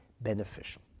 beneficial